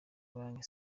banki